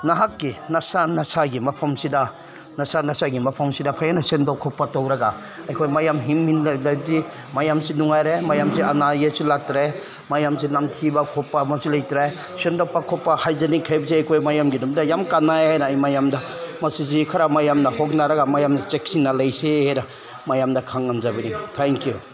ꯅꯍꯥꯛꯀꯤ ꯅꯁꯥ ꯅꯁꯥꯒꯤ ꯃꯐꯝꯁꯤꯗ ꯅꯁꯥ ꯅꯁꯥꯒꯤ ꯃꯐꯝꯁꯤꯗ ꯍꯦꯟꯅ ꯁꯦꯡꯕ ꯈꯣꯠꯄ ꯇꯧꯔꯒ ꯑꯩꯈꯣꯏ ꯃꯌꯥꯝ ꯍꯤꯡꯃꯤꯟꯅꯔꯗꯤ ꯃꯌꯥꯝꯁꯨ ꯅꯨꯡꯉꯥꯏꯔꯦ ꯃꯌꯥꯝꯁꯦ ꯑꯅꯥ ꯑꯌꯦꯛꯁꯨ ꯂꯥꯛꯇ꯭ꯔꯦ ꯃꯌꯥꯝꯁꯦ ꯅꯝꯊꯤꯕ ꯈꯣꯠꯄ ꯑꯃꯁꯨ ꯂꯩꯇ꯭ꯔꯦ ꯁꯦꯡꯗꯣꯛꯄ ꯈꯣꯠꯄ ꯍꯥꯏꯖꯤꯅꯤꯛ ꯍꯥꯏꯕꯁꯦ ꯑꯩꯈꯣꯏ ꯃꯌꯥꯝꯒꯤꯗꯃꯛꯇ ꯌꯥꯝ ꯀꯥꯟꯅꯩ ꯍꯥꯏꯅ ꯑꯩ ꯃꯌꯥꯝꯗ ꯃꯁꯤꯁꯤ ꯈꯔ ꯃꯌꯥꯝꯅ ꯍꯣꯠꯅꯔꯒ ꯃꯌꯥꯝꯁꯦ ꯆꯦꯛꯁꯤꯟꯅ ꯂꯩꯁꯦ ꯍꯥꯏꯅ ꯃꯌꯥꯝꯗ ꯈꯪꯍꯟꯖꯕꯅꯤ ꯊꯦꯡꯛ ꯌꯨ